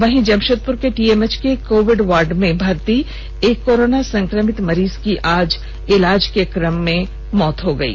वहीं जमषेदपुर के टीएमएच के कोविड वार्ड में भर्त्ती एक कोरोना संक्रमित मरीज की आज इलाज के कम में मौत हो गयी